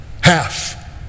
Half